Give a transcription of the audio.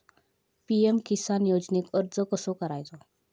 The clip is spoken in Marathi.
पी.एम किसान योजनेक अर्ज कसो करायचो?